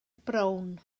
brown